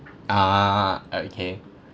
ah okay